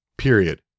Period